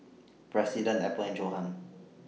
President Apple and Johan